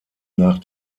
nach